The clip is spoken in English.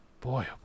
Boy